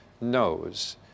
knows